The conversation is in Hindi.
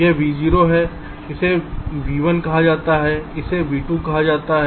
यह v0 है इसे v1 कहा जाता है इसे v2 कहा जाता है